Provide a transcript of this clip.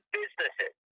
businesses